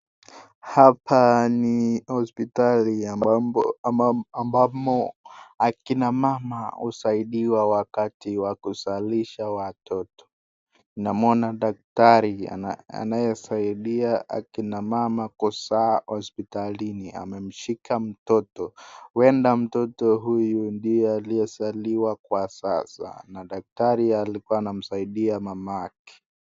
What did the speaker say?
Hapa ni hospitali ambamo akina mama husaidiwa wakati wa kuzalisha watoto. Namuona daktari anayesaidia akina mama kuzaa hospitalini. Amemshika mtoto huenda mtoto huyu ndiye aliyezaliwa kwa sasa na daktari alikuwa anamsaidia mamake.